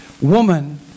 woman